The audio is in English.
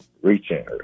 Reaching